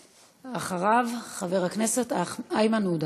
ואחריו, חבר הכנסת איימן עודה.